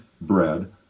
bread